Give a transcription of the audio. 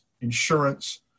insurance